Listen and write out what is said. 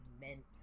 meant